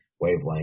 wavelength